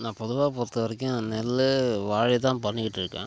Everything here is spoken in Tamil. நான் பொதுவாக பொறுத்த வரைக்கும் நெல் வாழை தான் பண்ணிகிட்ருக்கேன்